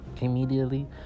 Immediately